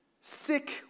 sick